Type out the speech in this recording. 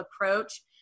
approach